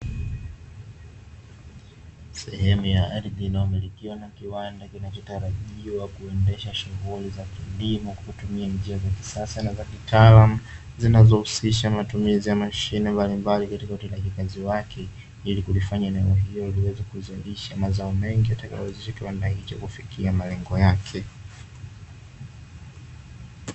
Sehemu ya ardhi inayomilikiwa na kiwanda kinachotarajiwa kuendesha shughuli za kilimo kwa kutumia njia za kisasa na za kitaalamu, zinazohusisha matumizi ya mashine mbalimbali katika utendaji kazi wake, ili kulifanya eneo hilo liweze kuzidisha mazao mengi yatakayozikiwa na hicho kufikia malengo yake.